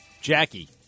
Jackie